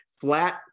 flat